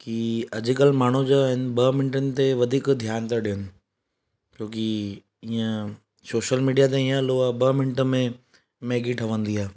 की अॼुकल्ह माण्हू जो आहिनि ॿ मिंटनि ते वधीक ध्यान था ॾियनि क्योंकि ईअं सोशल मीडिया त ईअं हलो आहे ॿ मिंट में मैगी ठहंदी आहे